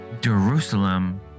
Jerusalem